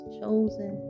chosen